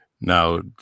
Now